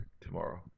tomorrow